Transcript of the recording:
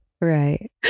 Right